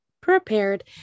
prepared